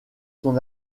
son